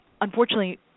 unfortunately